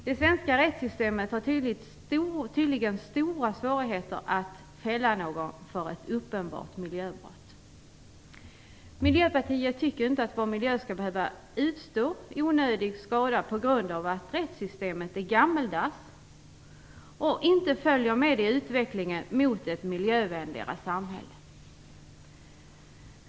Det svenska rättssystemet har tydligen stora svårigheter att fälla någon för en uppenbart miljöbrott. Miljöpartiet tycker inte att miljön skall behöva utstå onödig skada på grund av att rättssystemet är gammaldags och inte följer med i utvecklingen mot ett miljövänligare samhälle.